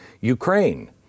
Ukraine